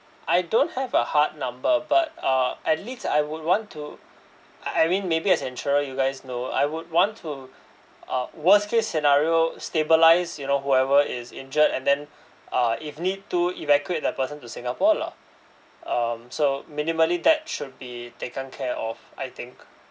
I don't have a hard number but uh at least I would want to I I mean maybe as insurer you guys know I would want to uh worst case scenario stabilise you know whoever is injured and then uh if need to evacuate the person to singapore lah um so minimally that should be taken care of I think